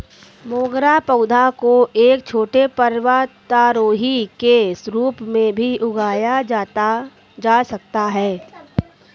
मोगरा पौधा को एक छोटे पर्वतारोही के रूप में भी उगाया जा सकता है